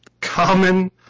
common